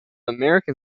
american